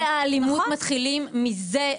אירועי האלימות מתחילים מזה,